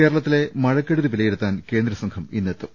കേരളത്തിലെ മഴക്കെടുതി വിലയിരുത്താൻ കേന്ദ്ര സംഘം ഇന്നെത്തും